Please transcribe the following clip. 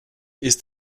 ist